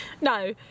No